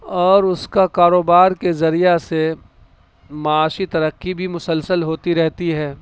اور اس کا کاروبار کے ذریعہ سے معاشی ترقی بھی مسلسل ہوتی رہتی ہے